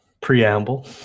preamble